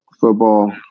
football